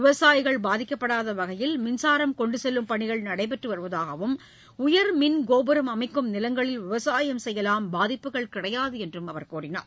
விவசாயிகள் பாதிக்கப்படாத வகையில் மின்சாரம் கொண்டு செல்லும் பணிகள் நடைபெற்று வருவதாகவும் உயா்மின் கோபுரம் அமைக்கும் நிலங்களில் விவசாயம் செய்யலாம் பாதிப்புகள் கிடையாது என்றும் அவர் தெரிவித்தார்